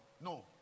No